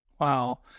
Wow